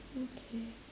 okay